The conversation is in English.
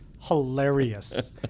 hilarious